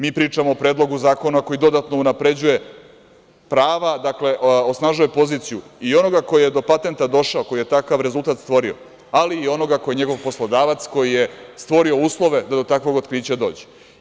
Mi pričamo o predlogu zakona koji dodano unapređuje prava, dakle, osnažuje poziciju i onoga koji je do patenta došao, koji je takav rezultat stvorio, ali i onoga ko je njegov poslodavac, koji je stvorio uslove da to takvog otkrića dođe.